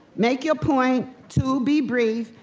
make your point, two, be brief,